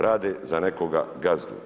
Rade za nekoga gazdu.